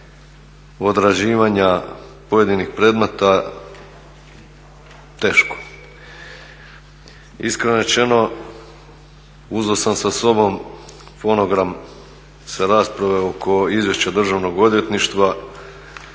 odrađivanja pojedinih predmeta teško. Iskreno rečeno uzeo sam sa sobom fonogram sa rasprave oko Izvješća Državnog odvjetništva